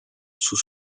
sous